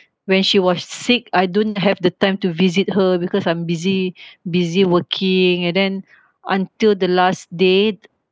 when she was sick I don't have the time to visit her because I'm busy busy working and then until the last day